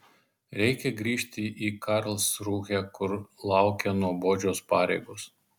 reikia grįžti į karlsrūhę kur laukia nuobodžios pareigos